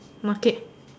market